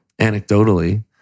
anecdotally